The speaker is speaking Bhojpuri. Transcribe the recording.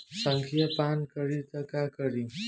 संखिया पान करी त का करी?